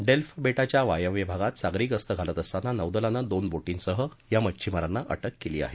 delve बेटाच्या वायव्य भागात सागरी गस्त घालत असताना नौदलानं दोन बोटींसह या मच्छमारांना अटक केली आहे